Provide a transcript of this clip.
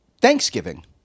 Thanksgiving